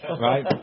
right